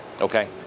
Okay